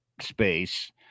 space